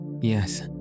Yes